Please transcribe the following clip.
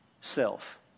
self